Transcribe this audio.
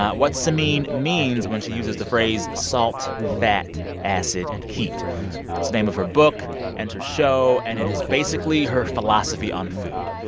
what samin means when she uses the phrase salt, fat, acid, heat. it's the name of her book and her show. and it is basically her philosophy on food.